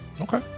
okay